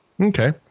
Okay